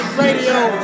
radio